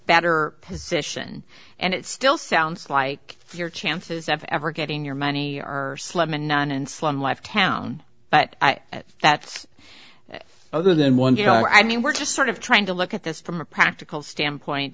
better position and it still sounds like your chances of ever getting your money are slim and none and slim life town but at that's other than one you know i mean we're just sort of trying to look at this from a practical standpoint